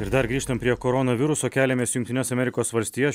ir dar grįžtam prie koronaviruso keliamės į jungtines amerikos valstijas